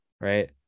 right